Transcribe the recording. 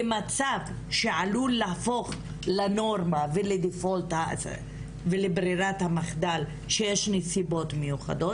למצב שעלול להפוך לנורמה ולברירת המחדל שיש "נסיבות מיוחדות,